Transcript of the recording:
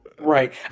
right